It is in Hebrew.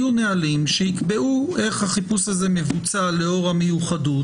יהיו נהלים שיקבעו איך החיפוש הזה מבוצע לאור המיוחדות,